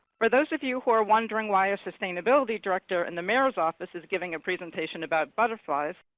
for those of you who are wondering why a sustainability director in the mayor's office is giving a presentation about butterflies,